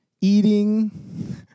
Eating